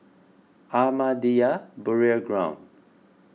Ahmadiyya Burial Ground